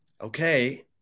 okay